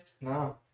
No